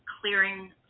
clearing